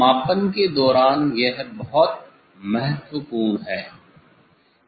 मापन के दौरान यह बहुत महत्वपूर्ण है